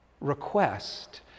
request